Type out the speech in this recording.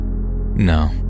No